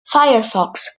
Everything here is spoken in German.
firefox